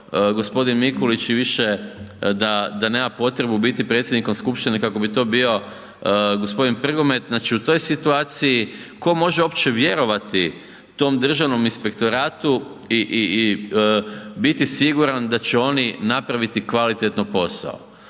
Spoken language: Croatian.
gospodin Mikulić i više da nema potrebu biti predsjednikom skupštine kako bi to bio gospodin Prgomet, znači u toj situaciji ko može uopće vjerovati tom Državnom inspektoratu i biti siguran da će oni napraviti kvalitetno posao.